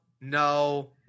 no